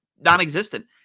non-existent